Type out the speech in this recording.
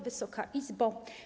Wysoka Izbo!